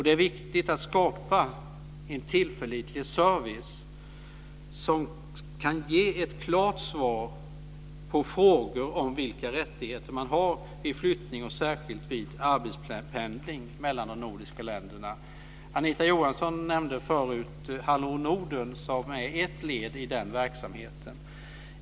Det är viktigt att skapa en tillförlitlig service, där man kan få ett klart svar på frågor om vilka rättigheter man har vid flyttning, särskilt vid arbetspendling mellan de nordiska länderna. Anita Johansson nämnde förut Hallå Norden, som är ett led i den verksamheten.